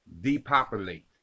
Depopulate